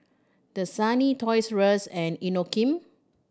Dasani Toys Rus and Inokim